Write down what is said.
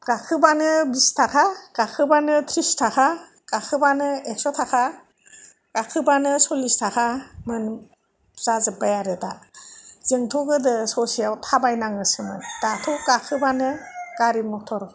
गाखोबानो बिस थाखा गाखोबानो थ्रिस थाखा गाखोबानो एकस' थाखा गाखोबानो सल्लिस थाखा जाजोबबाय आरो दा जोंथ' गोदो ससेआव थाबाय नाङोसोमोन दाथ' गाखोबानो गारि मथर